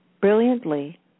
brilliantly